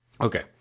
Okay